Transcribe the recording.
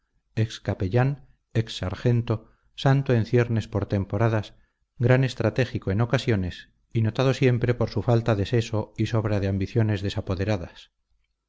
josé fago ex capellán ex sargento santo en ciernes por temporadas gran estratégico en ocasiones y notado siempre por su falta de seso y sobra de ambiciones desapoderadas